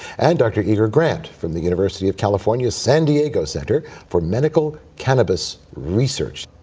and dr. igor grant from the university of california, san diego, center for medical cannabis research.